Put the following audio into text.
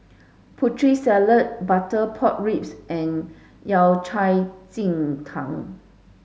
putri salad butter pork ribs and Yao Cai Ji Tang